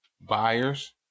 Buyers